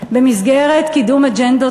במסגרת קידום אג'נדות,